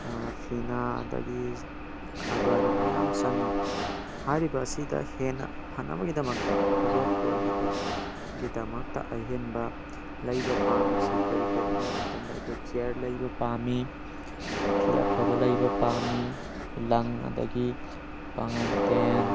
ꯐꯤꯅꯥ ꯑꯗꯒꯤ ꯈꯕꯔ ꯃꯌꯥꯝ ꯆꯪꯏ ꯍꯥꯏꯔꯤꯕ ꯑꯁꯤꯗ ꯍꯦꯟꯅ ꯐꯅꯕꯒꯤꯗꯃꯛꯇ ꯑꯐꯕ ꯑꯣꯏꯅꯕꯒꯤꯗꯃꯛꯇ ꯑꯍꯦꯟꯕ ꯂꯩꯕ ꯄꯥꯝꯃꯤꯁꯤ ꯀꯔꯤ ꯀꯔꯤꯅꯣ ꯍꯥꯏꯕ ꯃꯇꯝꯗ ꯑꯩꯈꯣꯏ ꯆꯤꯌꯥꯔ ꯂꯩꯕ ꯄꯥꯝꯃꯤ ꯐꯤ ꯑꯐꯕ ꯂꯩꯕ ꯄꯥꯝꯃꯤ ꯂꯪ ꯑꯗꯒꯤ ꯄꯥꯉꯟꯗꯦꯝ